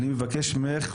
אני מבקש ממך,